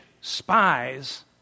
spies